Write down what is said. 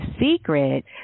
secret